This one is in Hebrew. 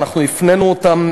הפנינו אותם,